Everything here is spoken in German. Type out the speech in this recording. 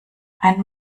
einen